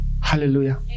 Hallelujah